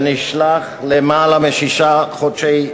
והוא נשלח למאסר של למעלה משישה חודשים,